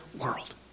world